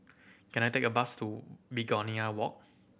can I take a bus to Begonia Walk